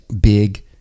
big